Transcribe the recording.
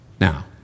now